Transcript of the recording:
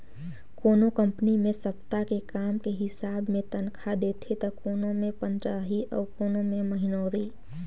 कोनो कंपनी मे सप्ता के काम के हिसाब मे तनखा देथे त कोनो मे पंदराही अउ कोनो मे महिनोरी